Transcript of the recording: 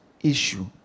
issue